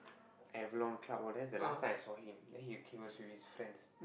Avalon club all that that's the last time I saw him then he queue he was with his friends